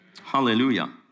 Hallelujah